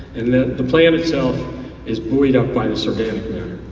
and the the plain itself is buoyed up by the surveillant matter.